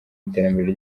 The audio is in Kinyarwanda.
iterambere